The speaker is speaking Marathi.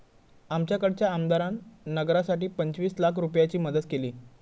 आमच्याकडच्या आमदारान नगरासाठी पंचवीस लाख रूपयाची मदत केली